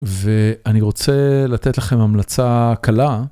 ואני רוצה לתת לכם המלצה קלה.